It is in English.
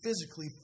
physically